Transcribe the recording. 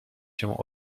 się